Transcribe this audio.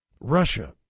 Russia